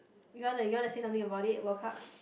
you want to you want to say something about it World Cup